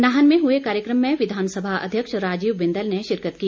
नाहन में हुए कार्यक्रम में विधानसभा अध्यक्ष राजीव बिंदल ने शिरकत की